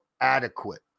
adequate